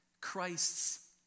Christ's